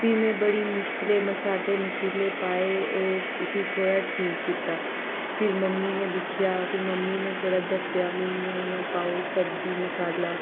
फ्ही में बड़ी मुश्कलें मसाले मसूले पाए ओह् उसी थोह्ड़ा ठीक कीता फिर मम्मी ने दिक्खेआ फिर मम्मी ने थोह्ड़ा दस्सेआ मी इ'यां इ'यां पाओ सब्ज़ी मसाला